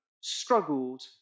struggled